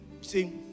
see